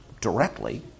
directly